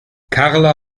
karla